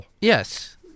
Yes